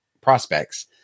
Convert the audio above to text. prospects